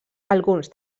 alguns